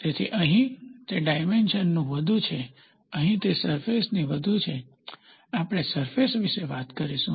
તેથી અહીં તે ડાયમેન્શનનું વધુ છે અહીં તે સરફેસની વધુ છે આપણે સરફેસ વિશે વાત કરીશું